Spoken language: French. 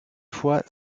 fois